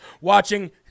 watching